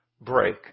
break